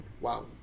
wow